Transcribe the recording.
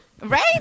Right